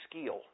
skill